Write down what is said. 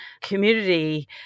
community